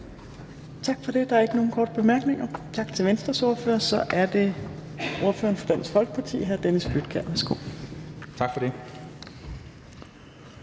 Tak for det. Der er ikke nogen korte bemærkninger. Tak til Venstres ordfører. Så er det ordføreren for Dansk Folkeparti, hr. Dennis Flydtkjær. Værsgo. Kl.